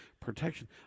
protection